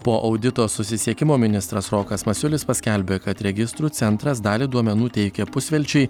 po audito susisiekimo ministras rokas masiulis paskelbė kad registrų centras dalį duomenų teikė pusvelčiui